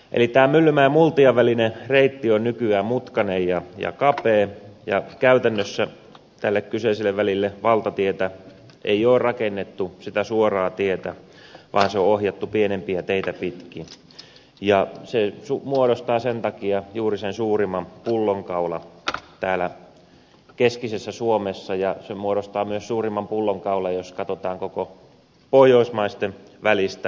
tämä myllymäen ja multian välinen reitti on nykyään mutkainen ja kapea ja käytännössä tälle kyseiselle välille valtatietä ei ole rakennettu sitä suoraa tietä vaan se on ohjattu pienempiä teitä pitkin ja se muodostaa sen takia juuri sen suurimman pullonkaulan täällä keskisessä suomessa ja se muodostaa myös suurimman pullonkaulan jos katsotaan koko pohjoismaitten välistä liikennettä